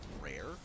rare